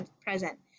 present